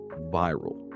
viral